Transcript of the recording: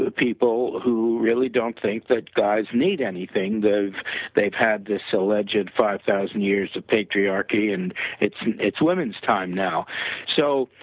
ah people who really don't think that guys need anything, they've they've had this ah legit five thousand years of patriarchy and its its women's time now so,